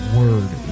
word